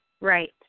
Right